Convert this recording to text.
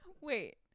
Wait